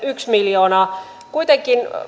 yksi miljoonaa kuitenkin